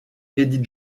eddie